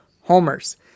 homers